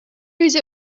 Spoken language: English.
whose